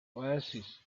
oasis